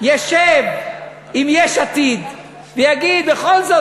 ישב עם יש עתיד ויגיד: בכל זאת,